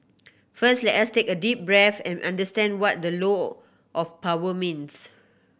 first let us take a deep breath and understand what the low of power means